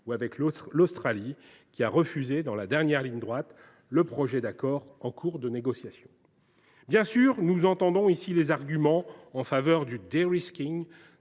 ou avec l’Australie, qui a refusé dans la dernière ligne droite le projet d’accord en cours de négociation. Bien sûr, nous entendons ici les arguments en faveur du « de risking »